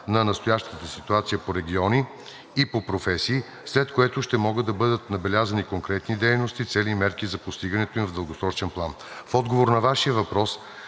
на настоящата ситуация по региони и по професии, след което ще могат да бъдат набелязани конкретни дейности, цели и мерки за постигането им в дългосрочен план. В отговор на Вашия въпрос